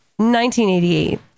1988